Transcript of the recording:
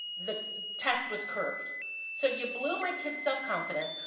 the test was curved so you blew my kid's self confidence.